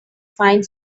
find